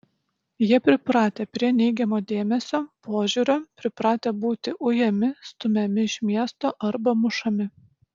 jie pripratę prie neigiamo dėmesio požiūrio pripratę būti ujami stumiami iš miesto arba mušami